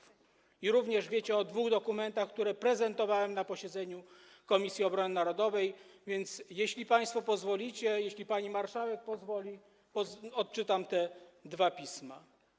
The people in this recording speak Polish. Wiecie również o dwóch dokumentach, które prezentowałem na posiedzeniu Komisji Obrony Narodowej, więc jeśli państwo pozwolicie, jeśli pani marszałek pozwoli, odczytam te dwa pisma.